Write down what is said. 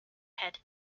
head